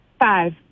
Five